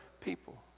people